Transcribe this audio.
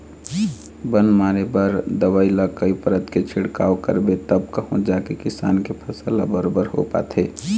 बन मारे बर दवई ल कई परत के छिड़काव करबे तब कहूँ जाके किसान के फसल ह बरोबर हो पाथे